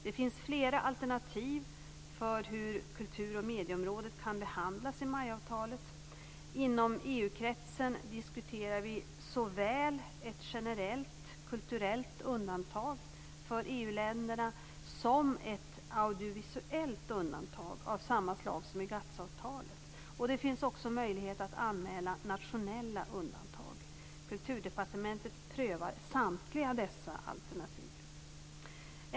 Det finns flera alternativ för hur kultur och medieområdet kan behandlas i MAI-avtalet. Inom EU kretsen diskuterar vi såväl ett generellt kulturellt undantag för EU-länderna som ett audiovisuellt undantag av samma slag som i GATS-avtalet. Det finns också möjlighet att anmäla nationella undantag. Kulturdepartementet prövar samtliga dessa alternativ.